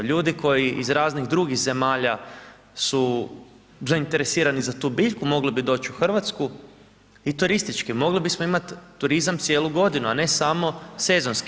Ljudi koji iz raznih drugih zemalja su zainteresirani za tu biljku, mogli bi doći u Hrvatsku i turistički, mogli bismo imati turizam cijelu godinu, a ne samo sezonski.